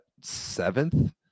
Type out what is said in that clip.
seventh